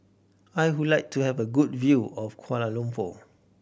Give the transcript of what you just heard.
I would like to have a good view of Kuala Lumpur